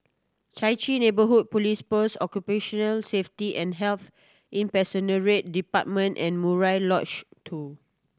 Chai Chee Neighbourhood Police Post Occupational Safety and Health Department and Murai Lodge Two